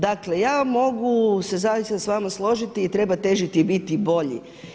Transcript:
Dakle se mogu zaista s vama složiti i treba težiti i biti bolji.